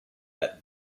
eton